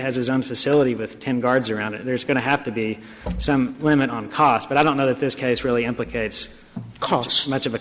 has his own facility with ten guards around it there's going to have to be some limit on cost but i don't know that this case really implicates called so much of a